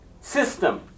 system